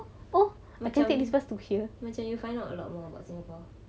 macam macam you find out a lot more about singapore